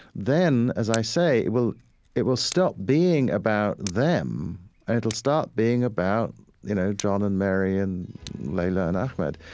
then, as i say, it will it will stop being about them and it will start being about, you know, john and mary and leyla and ahmed,